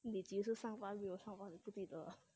你几岁上班没有上班你不记得啊